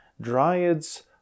Dryads